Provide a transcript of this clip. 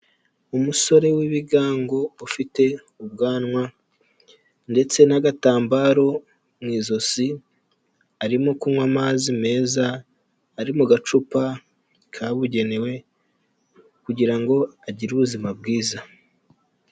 Umusore w'ibigango ufite ubwanwa, ndetse n'agatambaro mu ijosi, arimo kunywa amazi meza ari mu gacupa kabugenewe, kugira ngo agire ubuzima bwiza.